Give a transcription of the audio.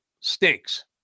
stinks